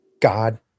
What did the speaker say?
God